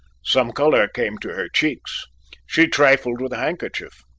some colour came to her cheeks she trifled with a handkerchief.